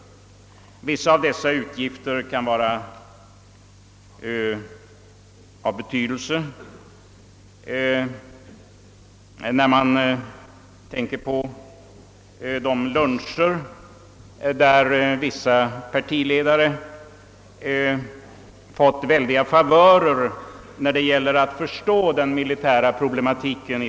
Vissa av dessa utgifter kan vara av betydelse. Vid luncher har samtliga partiledare fått favören att orienteras om den militära problematiken.